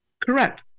Correct